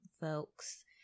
folks